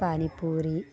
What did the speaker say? panipuri